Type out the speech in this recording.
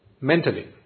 mentally